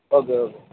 okay okay